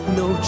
no